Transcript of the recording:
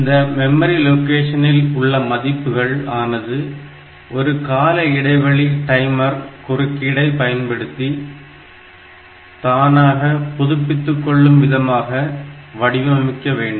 இந்த மெமரி லொகேஷனில் உள்ள மதிப்புகள் ஆனது ஒரு கால இடைவெளி டைமர் குறுக்கீட்டை பயன்படுத்தி தானாக புதுப்பித்துக்கொள்ளும் விதமாக வடிவமைக்க வேண்டும்